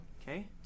Okay